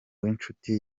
w’inshuti